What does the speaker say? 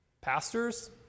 Pastors